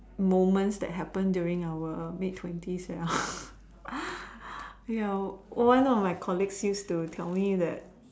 moments that happen during our mid twenties ya one of my colleagues used to tell me that